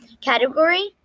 category